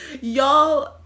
Y'all